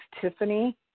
Tiffany